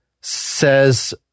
says